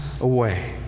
away